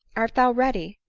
art thou ready?